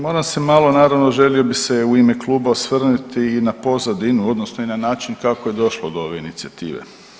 Moram se malo, naravno želio bi se u ime kluba osvrnuti i na pozadinu odnosno i na način kako je došlo do ove inicijative.